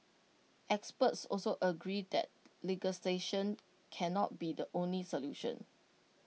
experts also agree that legislation cannot be the only solution